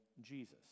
Jesus